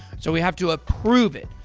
so, we have to approve it.